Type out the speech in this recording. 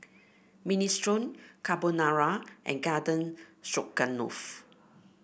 Minestrone Carbonara and Garden Stroganoff